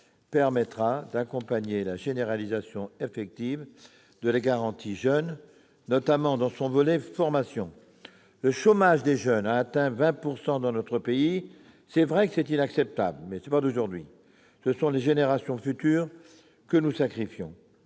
permettra d'accompagner la généralisation effective de la garantie jeunes, notamment dans son volet formation. Le chômage des jeunes atteint 20 % dans notre pays, ce n'est pas nouveau, mais c'est inacceptable. Ce sont les générations futures que nous sacrifions